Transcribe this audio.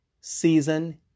season